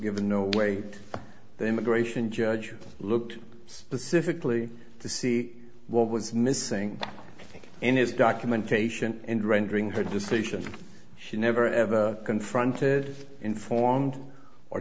given no wait the immigration judge looked specifically to see what was missing in his documentation and rendering her decision she never ever confronted informed or